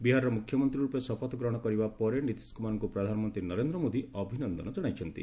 ବିହାରର ମୁଖ୍ୟମନ୍ତ୍ରୀ ରୂପେ ଶପଥ ଗ୍ରହଣ କରିବା ପରେ ନୀତିଶ କୁମାରଙ୍କୁ ପ୍ରଧାନମନ୍ତ୍ରୀ ନରେନ୍ଦ୍ର ମୋଦି ଅଭିନନ୍ଦନ ଜଣାଇଛନ୍ତି